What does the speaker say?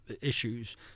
issues